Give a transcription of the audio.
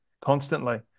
Constantly